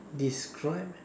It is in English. describe